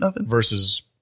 versus